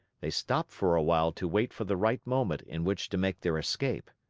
they stopped for a while to wait for the right moment in which to make their escape.